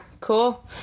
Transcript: Cool